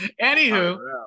Anywho